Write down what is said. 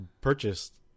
purchased